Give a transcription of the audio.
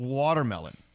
watermelon